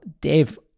Dave